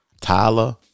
Tyler